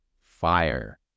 fire